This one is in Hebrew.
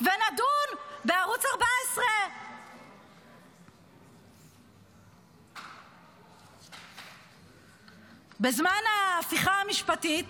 ונדון בערוץ 14. בזמן ההפיכה המשפטית,